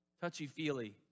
touchy-feely